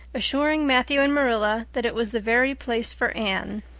assuring matthew and marilla that it was the very place for anne.